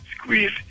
Squeeze